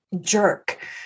jerk